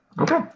Okay